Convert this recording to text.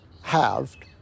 halved